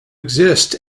exist